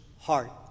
heart